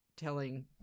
Telling